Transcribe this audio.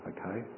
Okay